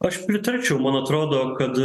aš pritarčiau man atrodo kad